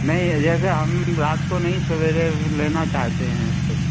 नहीं जैसे हम रात को नहीं सवेरे लेना चाहते हैं फिर